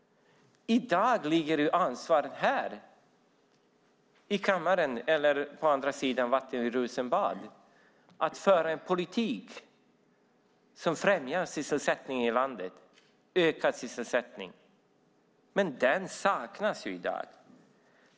I dag ligger ansvaret här i kammaren eller på andra sidan vattnet, i Rosenbad, för att föra en politik som främjar och ökar sysselsättningen i landet. Men en sådan politik saknas i dag.